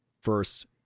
first